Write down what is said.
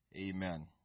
Amen